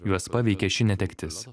juos paveikė ši netektis